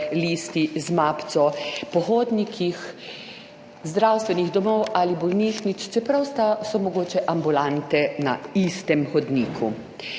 listi v mapici po hodnikih zdravstvenih domov ali bolnišnic, čeprav so mogoče ambulante na istem hodniku.